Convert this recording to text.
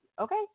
Okay